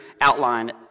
outline